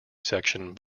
section